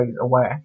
away